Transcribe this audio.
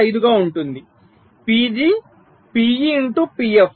25 గా ఉంటుంది PG PE into PF 0